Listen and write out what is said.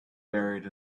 buried